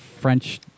French